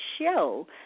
show